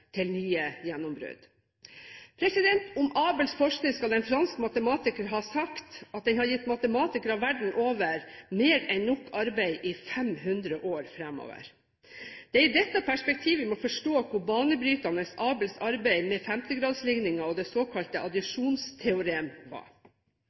til nye gjennombrudd. Om Abels forskning skal en fransk matematiker ha sagt at den har gitt matematikere verden over mer enn nok arbeid i 500 år fremover. Det er i dette perspektivet vi må forstå hvor banebrytende Abels arbeid med 5.-gradslikninger og det såkalte